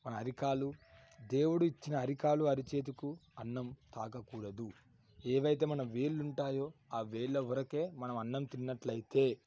మన అరికాలు దేవుడిచ్చిన అరికాలు అరిచేతుకు అన్నం తాగకూడదు ఏవైతే మనం వేలు ఉంటాయో ఆ వేళ్ళ వరకే మనం అన్నం తిన్నట్లయితే